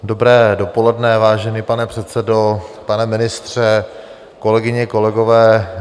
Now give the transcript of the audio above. Dobré dopoledne, vážený pane předsedo, pane ministře, kolegyně, kolegové.